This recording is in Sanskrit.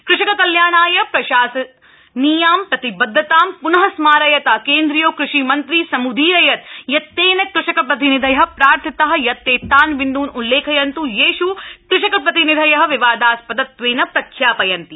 कृषक कल्याणाय प्रशासनीयां प्रतिबद्धतां पुनः स्मारयता केन्द्रीयो कृषि मन्त्री समूदीरयत् यत् तेन कृषक प्रतिनिधय प्रार्थिता यत् ते तान् बिन्दून् उल्लेखयन्त् येष् कृषक प्रति निधय विवादास् दत्वेन प्रख्या यन्ति